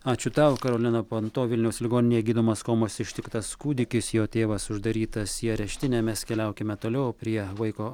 ačiū tau karolina panto vilniaus ligoninėje gydomas komos ištiktas kūdikis jo tėvas uždarytas į areštinę mes keliaukime toliau prie vaiko